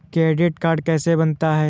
Credit card कैसे बनता है?